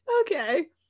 Okay